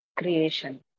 creation